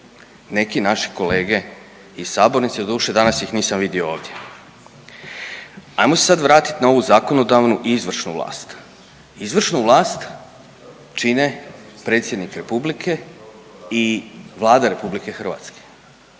neki naši kolege iz sabornice doduše danas ih nisam vidio ovdje. Ajmo se sad vratit na ovu zakonodavnu i izvršnu vlast. Izvršnu vlast čine Predsjednik Republike i Vlada RH. Vlada je